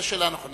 זו שאלה נכונה,